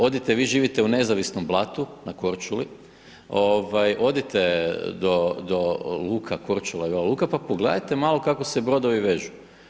Odite, vi živite u nezavisnom Blatu na Korčuli, odite do Luka Korčula i Vela Luka pa pogledajte malo kako se brodovi vežu.